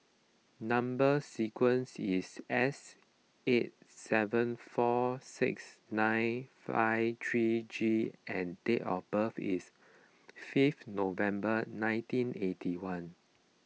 Number Sequence is S eight seven four six nine five three G and date of birth is fifth November nineteen eighty one